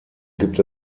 gibt